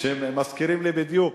שמזכירים לי בדיוק,